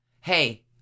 Hey